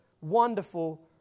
wonderful